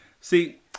see